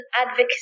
advocacy